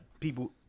People